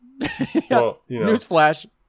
Newsflash